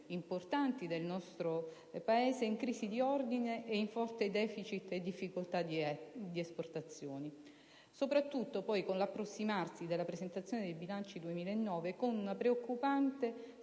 importanti del nostro Paese, in crisi di ordini, in forte deficit, con difficoltà di esportazioni e, soprattutto con l'approssimarsi della presentazione dei bilanci del 2009, con una preoccupante